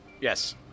Yes